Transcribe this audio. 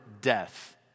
death